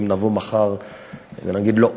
אם נבוא מחר ונגיד: לא,